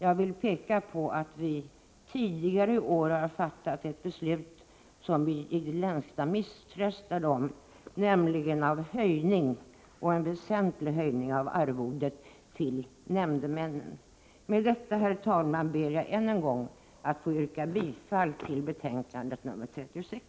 Jag vill peka på att vi tidigare i år har fattat ett beslut som vi i det längsta misströstade om, nämligen om en höjning, och en väsentlig höjning, av arvodet till nämndemännen. Med detta, herr talman, ber jag än en gång att få yrka bifall till hemställan i betänkandet 36.